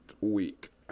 week